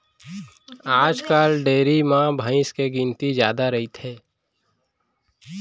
आजकाल डेयरी म भईंस के गिनती जादा रइथे